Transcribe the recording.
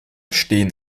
stehen